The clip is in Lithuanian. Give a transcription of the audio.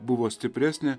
buvo stipresnė